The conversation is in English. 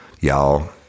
y'all